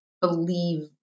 believe